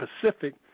Pacific